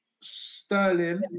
Sterling